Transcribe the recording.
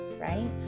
right